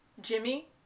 jimmy